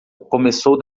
começou